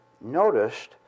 noticed